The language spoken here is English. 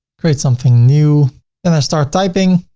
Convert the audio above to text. create something new and i start typing.